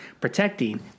protecting